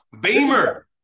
Beamer